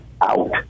out